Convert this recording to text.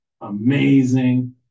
amazing